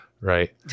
Right